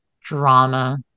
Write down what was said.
drama